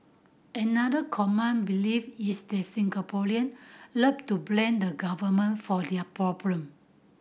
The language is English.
another common belief is the Singaporean love to blame the Government for their problem